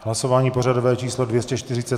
Hlasování pořadové číslo 243.